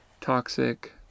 toxic